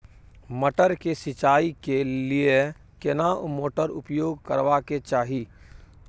मटर के सिंचाई के लिये केना मोटर उपयोग करबा के चाही?